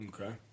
Okay